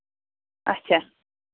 اَچھا